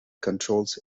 controls